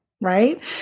Right